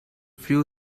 few